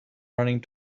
running